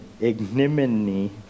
ignominy